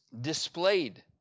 displayed